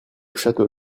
château